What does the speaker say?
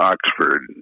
Oxford